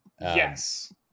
Yes